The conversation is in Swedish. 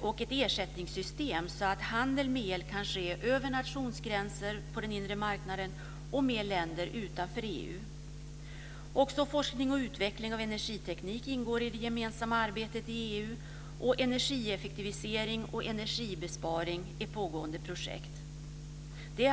och ett ersättningssystem så att handel med el kan ske över nationsgränser på den inre marknaden och med länder utanför EU. Också forskning och utveckling av energiteknik ingår i det gemensamma arbetet i EU, och energieffektivisering och energibesparing är pågående projekt.